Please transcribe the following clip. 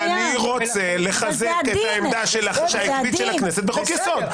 ואני רוצה לחזק את העמדה העקבית של הכנסת בחוק יסוד.